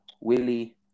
Willie